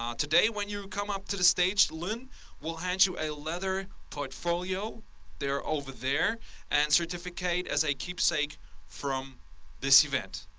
um today when you come up to the stage, lynn will hand you a leather portfolio they're over there and certificate as a keepsake from this event.